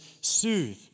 soothe